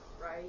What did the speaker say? right